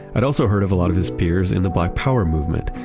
i'd also heard of a lot of his peers in the black power movement.